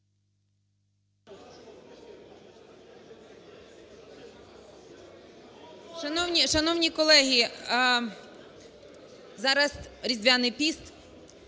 Шановні колеги, зараз Різдвяний піст,